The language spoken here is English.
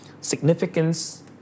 significance